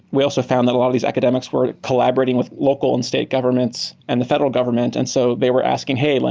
we also found that a lot of these academics were collaborating with local and state governments and the federal government. and so they were asking, hey, like